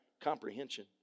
comprehension